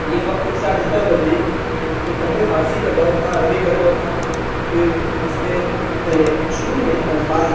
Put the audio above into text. یہ وقت کے ساتھ اس طرح بدلی کہ پہلے فارسی کا دور تھا عربی کا دور تھا پھر اس میں پہلے شروع میں الفاظ